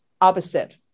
opposite